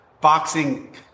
boxing